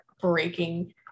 breaking